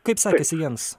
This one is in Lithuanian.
kaip sekėsi jiems